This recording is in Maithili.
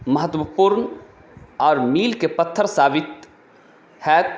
महत्वपूर्ण आओर मीलके पत्थर साबित होयत